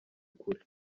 kure